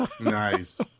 nice